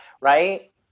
right